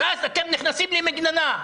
ואז אתם נכנסים למגננה.